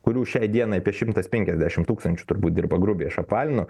kurių šiai dienai apie šimtas penkiasdešim tūkstančių turbūt dirba grubiai aš apvalinu